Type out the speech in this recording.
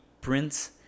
print